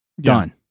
done